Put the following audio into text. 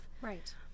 right